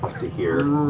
to here